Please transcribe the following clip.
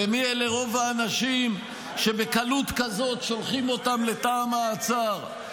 מי אלה רוב האנשים שבקלות כזאת שולחים אותם לתא המעצר?